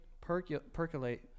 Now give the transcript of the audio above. percolate